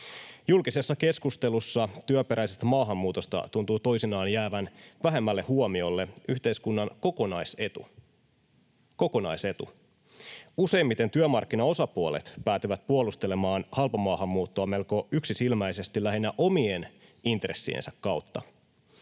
Julkisessa keskustelussa työperäisestä maahanmuutosta tuntuu toisinaan jäävän vähemmälle huomiolle yhteiskunnan kokonaisetu — kokonaisetu. Useimmiten työmarkkinaosapuolet päätyvät puolustelemaan halpamaahanmuuttoa melko yksisilmäisesti lähinnä omien intressiensä kautta.